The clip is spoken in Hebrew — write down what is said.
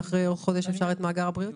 ואחרי עוד חודש אפשר את מאגר הבריאות?